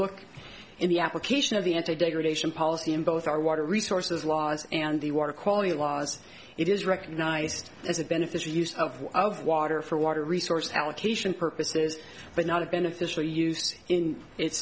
look in the application of the anti degradation policy in both our water resources laws and the water quality laws it is recognized as a benefit for use of of water for water resource allocation purposes but not of beneficial use in it